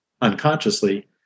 unconsciously